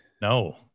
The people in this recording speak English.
No